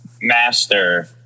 master